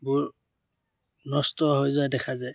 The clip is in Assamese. বোৰ নষ্ট হৈ যায় দেখা যায়